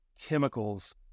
chemicals